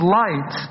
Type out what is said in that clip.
light